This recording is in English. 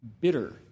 bitter